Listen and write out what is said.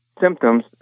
symptoms